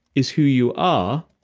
is who you are.